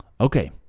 okay